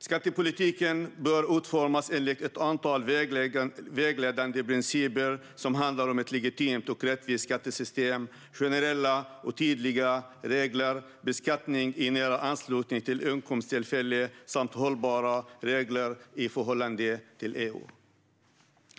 Skattepolitiken bör utformas enligt ett antal vägledande principer som handlar om ett legitimt och rättvist skattesystem, generella och tydliga regler, beskattning i nära anslutning till inkomsttillfället samt hållbara regler i förhållande till EU.